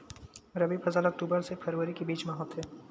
रबी फसल हा अक्टूबर से फ़रवरी के बिच में होथे